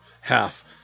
half